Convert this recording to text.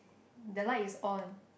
the light is on